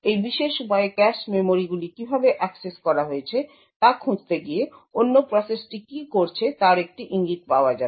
এই বিশেষ উপায়ে ক্যাশ মেমরিগুলি কীভাবে অ্যাক্সেস করা হয়েছে তা খুঁজতে গিয়ে অন্য প্রসেসটি কী করছে তার একটি ইঙ্গিত পাওয়া যাবে